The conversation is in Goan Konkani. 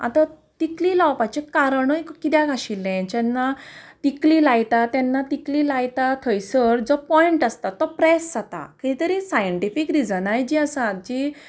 आतां तिकली लावपाचें कारणय कित्याक आशिल्लें जेन्ना तिकली लायता तेन्ना तिकली लायता थंयसर जो पॉयंट आसता तो प्रेस जाता कितें तरी सायंटिफीक रिजनाय जीं आसात जीं